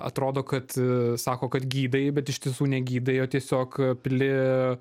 atrodo kad sako kad gydai bet iš tiesų ne gydai o tiesiog pili